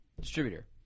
distributor